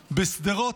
בשדרות,